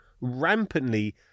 rampantly